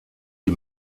die